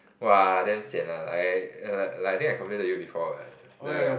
!whoa! damn sian lah like like I think I complain to you before what the